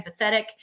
empathetic